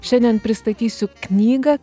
šiandien pristatysiu knygą